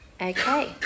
Okay